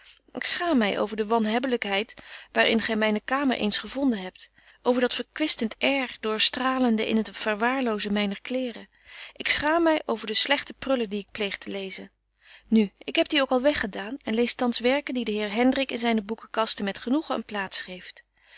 ik schaam my over de wanheblykheid waar in gy myne kamer eens gevonden hebt over dat verkwistent air doorstralende in het verwaarlozen myner kleêren ik schaam my over de slegte prullen die ik pleeg te lezen nu ik heb die ook al weg gedaan en lees thans werken die de heer hendrik in zyne boekenkasten met genoegen een plaats geeft